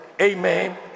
amen